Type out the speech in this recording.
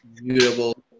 mutable